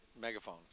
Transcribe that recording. megaphone